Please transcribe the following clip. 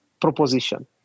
proposition